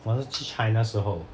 我那时去 china 时候